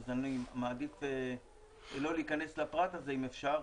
אז אני מעדיף לא להכנס לפרט הזה אם אפשר,